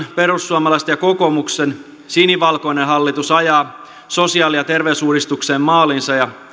perussuomalaisten ja kokoomuksen sinivalkoinen hallitus ajaa sosiaali ja terveysuudistuksen maaliinsa ja